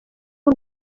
w’u